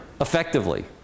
effectively